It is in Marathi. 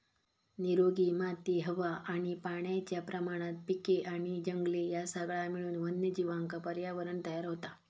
निरोगी माती हवा आणि पाण्याच्या प्रमाणात पिके आणि जंगले ह्या सगळा मिळून वन्यजीवांका पर्यावरणं तयार होता